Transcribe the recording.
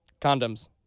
Condoms